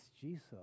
Jesus